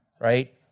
Right